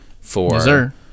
for-